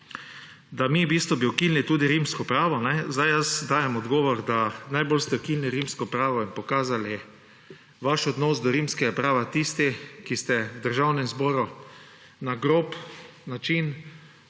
bistvu bi ukinili tudi rimsko pravo. Dajem odgovor, da najbolj ste ukinili rimsko pravo in pokazali vaš odnos do rimskega prava tisti, ki ste v Državnem zboru na grob način